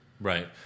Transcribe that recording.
Right